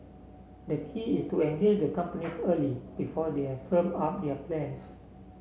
the key is to engage the companies early before they have firmed up their plans